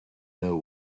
know